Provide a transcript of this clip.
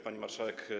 Pani Marszałek!